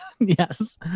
yes